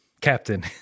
Captain